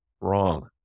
Wrong